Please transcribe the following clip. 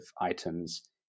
items